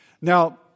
Now